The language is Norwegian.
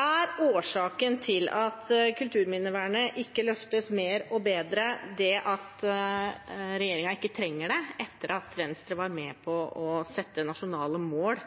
Er årsaken til at kulturminnevernet ikke løftes mer og bedre, at regjeringen ikke trenger det etter at Venstre var med på å sette nasjonale mål